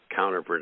counterproductive